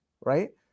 Right